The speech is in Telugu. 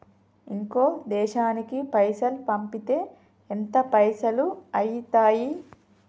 ఇంకో దేశానికి పైసల్ పంపితే ఎంత పైసలు అయితయి?